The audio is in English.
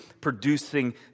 producing